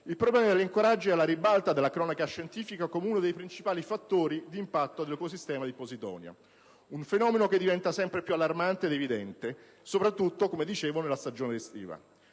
Il problema degli ancoraggi è alla ribalta delle cronache scientifiche come uno dei principali fattori di impatto sull'ecosistema di posidonia; un fenomeno che diventa sempre più allarmante ed evidente, soprattutto - come ho già sottolineato - nella stagione estiva.